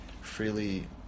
Freely